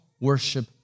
worship